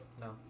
No